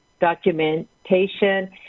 documentation